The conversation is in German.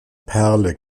perle